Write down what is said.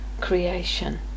creation